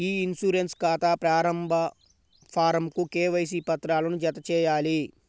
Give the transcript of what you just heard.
ఇ insurance ఖాతా ప్రారంభ ఫారమ్కు కేవైసీ పత్రాలను జతచేయాలి